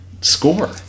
score